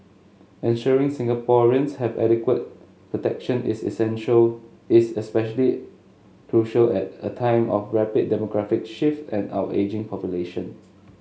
ensuring Singaporeans have adequate protection is essential is especially crucial at a time of rapid demographic shift and our ageing population